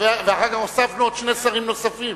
ואחר כך הוספנו עוד שני שרים נוספים.